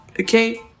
Okay